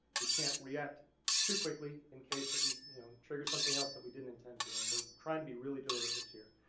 we can't react too quickly in case we you know trigger something else that we didn't intend to and were trying to be really deliberate this year.